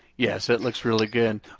yes, it looks really good.